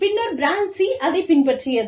பின்னர் brand C அதைப் பின்பற்றியது